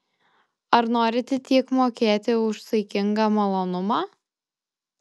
ar norite tiek mokėti už saikingą malonumą